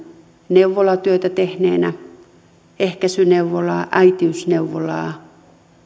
neuvolatyötä ehkäisyneuvolaa äitiysneuvolaa